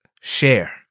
share